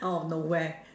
out of nowhere